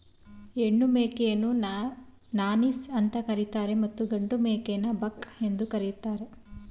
ಹೆಣ್ಣು ಮೇಕೆಯನ್ನು ನಾನೀಸ್ ಅಂತ ಕರಿತರೆ ಮತ್ತು ಗಂಡು ಮೇಕೆನ ಬಕ್ ಅಂತ ಕರಿತಾರೆ